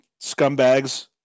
scumbags